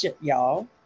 y'all